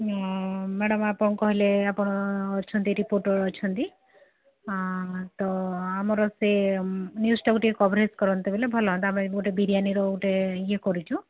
madam ଆପଣ କହିଲେ ଆପଣ ଅଛନ୍ତି ରିପୋର୍ଟର୍ ଅଛନ୍ତି ତ ଆମର ସେ ନିୟୁଜଟାକୁ ଟିକେ କଭରେଜ୍ କରନ୍ତେ ବୋଲେ ଭଲ ହୁଅତା ଆମେ ଗୋଟେ ବିରିୟାନିର ଗୋଟେ ଇଏ କରୁଛୁ